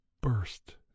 burst